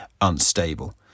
unstable